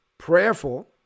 prayerful